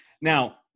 Now